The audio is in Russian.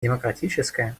демократическое